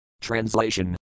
Translation